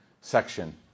section